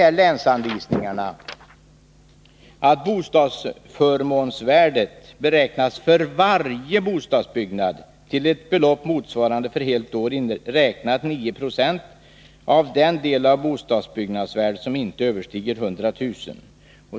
I länsanvisningarna sägs att bostadsförmånsvärdet beräknas för varje bostadsbyggnad till ett belopp motsvarande för helt år räknat 9 26 av den del av bostadsbyggnadsvärdet som inte överstiger 100 000 kr.